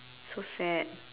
so sad